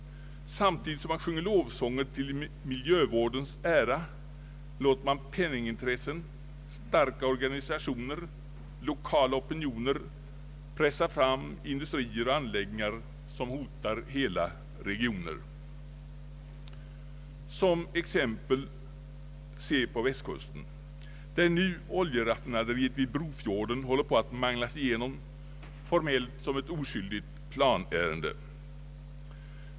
Samtidigt som man sjunger lovsånger till miljövårdens ära låter man penningintressen, starka organisationer, lokala opinioner pressa fram industrier och anläggningar som hotar hela regioner; Se som exempel på Västkusten, där nu oljeraffinaderiet vid Brofjorden håller på att manglas igenom, formellt som ett oskyldigt planärende.